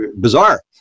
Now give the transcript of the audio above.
bizarre